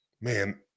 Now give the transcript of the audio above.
man